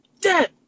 Dead